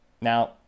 Now